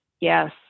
Yes